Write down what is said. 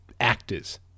actors